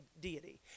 deity